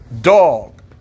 Dog